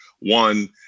One